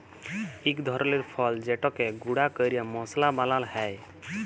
ইক ধরলের ফল যেটকে গুঁড়া ক্যরে মশলা বালাল হ্যয়